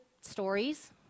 stories